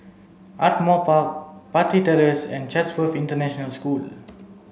Ardmore Park Parry Terrace and Chatsworth International School